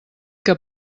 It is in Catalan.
que